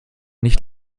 nicht